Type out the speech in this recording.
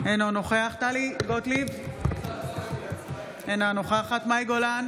אינו נוכח טלי גוטליב, אינה נוכחת מאי גולן,